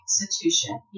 institution